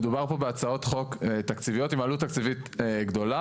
מדובר פה בהצעות חוק תקציביות עם עלות תקציבית גדולה,